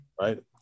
right